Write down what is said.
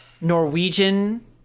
Norwegian